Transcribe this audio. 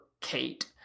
Kate